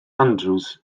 andrews